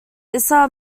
isa